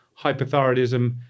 hypothyroidism